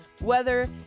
Weather